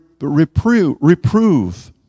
reprove